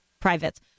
privates